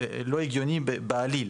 לא הגיוני בעליל,